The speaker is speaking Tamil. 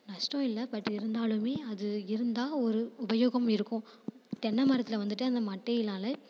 நஷ்டம் இல்லை பட் இருந்தாலும் அது இருந்தால் ஒரு உபயோகம் இருக்கும் தென்னைமரத்தில் வந்துட்டு அந்த மட்டையினால்